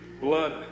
blood